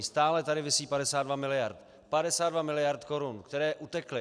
Stále tady visí 52 miliard, 52 miliard korun, které utekly.